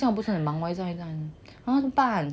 这样我不是很忙 lor 一直按按按怎么办